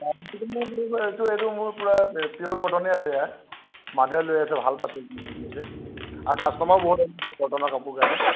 এইটো এইটো মোৰ পূৰা পিঅ'ৰ কটনেই আছে মানুহে লৈ আছে ভাল পাইছে যি যি কিনিছে আৰু কাষ্টমাৰ বহুত আহিছে কটনৰ কাপোৰ কাৰণে